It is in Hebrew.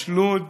יש לוד,